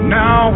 now